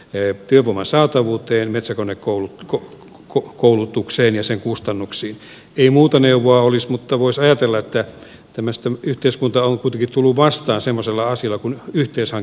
yö työvoiman saatavuuteen metsäkonekoulun ko ko koulutukseen ja sen kustannuksiin ei muuta neuvoa olis mutta voisi ajatella että tämmöstä yhteiskunta on tutkittu luvasta asennusalaa sillä kun yhtiö sai